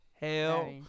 hell